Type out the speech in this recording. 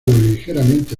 ligeramente